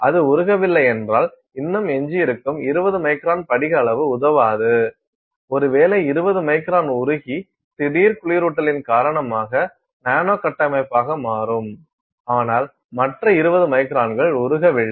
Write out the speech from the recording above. அது உருகவில்லை என்றால் இன்னும் எஞ்சியிருக்கும் 20 மைக்ரான் படிக அளவு உதவாது ஒருவேளை 20 மைக்ரான் உருகி திடீர் குளிரூட்டலின் காரணமாக நானோ கட்டமைப்பாக மாறும் ஆனால் மற்ற 20 மைக்ரான்கள் உருகவில்லை